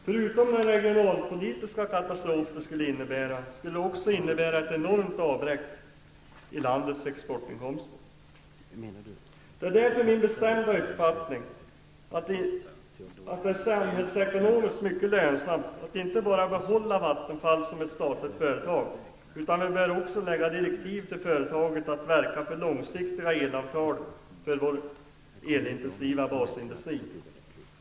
Förutom den regionalpolitiska katastrof det skulle innebära, skulle det också innebära ett enormt avbräck i landets exportinkomster. Det är därför min bestämda uppfattning att det är samhällsekonomiskt mycket lönsamt att behålla Vattenfall som ett statligt företag. Vi bör dessutom lägga direktiv till företaget att verka för långsiktiga elavtal för vår elintensiva basindustri.